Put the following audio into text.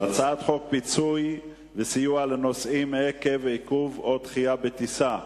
הצעת חוק פיצוי וסיוע לנוסעים עקב עיכוב או דחייה בטיסה,